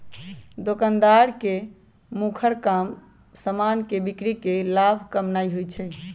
दोकानदार के मुखर काम समान के बिक्री कऽ के लाभ कमानाइ होइ छइ